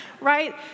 Right